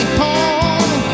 home